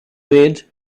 made